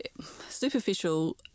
superficial